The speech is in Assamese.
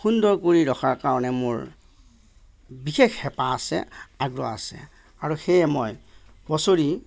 সুন্দৰকৈ ৰখাৰ কাৰণে মোৰ বিশেষ হেঁপাহ আছে আগ্ৰহ আছে আৰু সেয়ে মই বছৰি